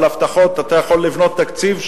על הבטחות אתה יכול לבנות תקציב,